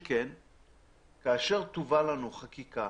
כאשר תובא לנו חקיקה